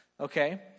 okay